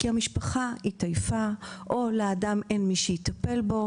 זה כי המשפחה התעייפה או שלאדם אין מי שיטפל בו,